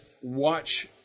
watch